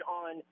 on